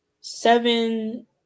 seven